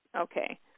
Okay